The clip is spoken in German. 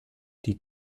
die